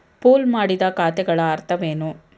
Pool ಮಾಡಿದ ಖಾತೆಗಳ ಅರ್ಥವೇನು?